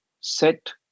set